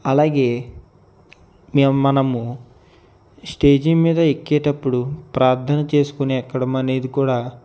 అలాగే మేము మనము స్టేజీ మీద ఎక్కేటప్పుడు ప్రార్థన చేసుకొని ఎక్కడం అనేది కూడా